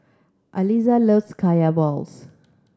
Aliza loves Kaya balls